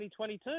2022